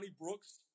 Brooks